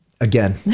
Again